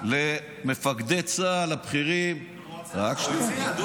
למפקדי צה"ל הבכירים, הוא הסכים, הוא רצה.